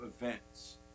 events